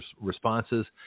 responses